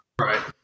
Right